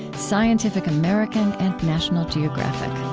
scientific american, and national geographic